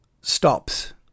stops